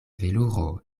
veluro